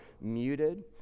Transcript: muted